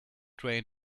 train